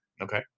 Okay